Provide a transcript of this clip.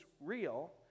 real